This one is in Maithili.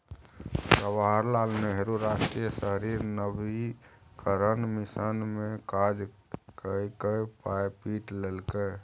जवाहर लाल नेहरू राष्ट्रीय शहरी नवीकरण मिशन मे काज कए कए पाय पीट लेलकै